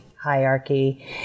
hierarchy